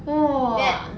!wah!